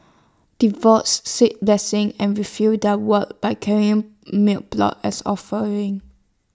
devotees seek blessings and refill their vows by carrying milk plot as offerings